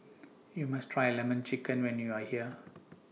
YOU must Try Lemon Chicken when YOU Are here